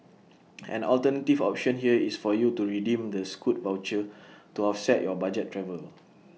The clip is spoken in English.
an alternative option here is for you to redeem the scoot voucher to offset your budget travel